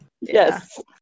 Yes